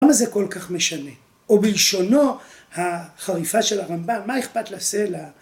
למה זה כל כך משנה, או בלשונו, החריפה של הרמב״ם, מה אכפת לסלע,